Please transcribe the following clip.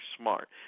smart